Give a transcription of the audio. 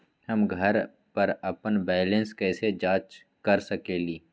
हम घर पर अपन बैलेंस कैसे जाँच कर सकेली?